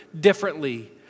differently